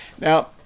now